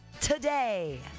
today